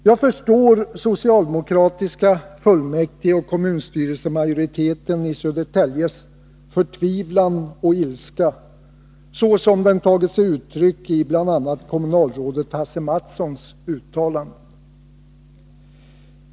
Jag förstår den förtvivlan och ilska som den socialdemokratiska majoriteten i Södertäljes fullmäktige och kommunstyrelse hyser — jag tänker bl.a. på kommunalrådet Hasse Mattssons uttalanden.